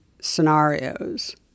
scenarios